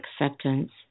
acceptance